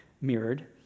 mirrored